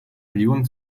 millionen